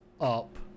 Up